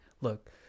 Look